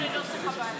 הם לא כאן.